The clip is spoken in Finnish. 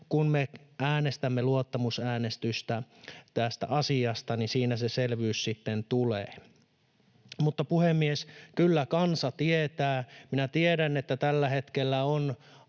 kun me äänestämme luottamusäänestystä tästä asiasta, niin siinä se selvyys sitten tulee. Mutta, puhemies, kyllä kansa tietää. Minä tiedän, että tällä hetkellä on